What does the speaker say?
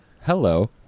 hello